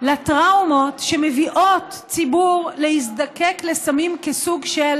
לטראומות שמביאות ציבור להזדקק לסמים כסוג של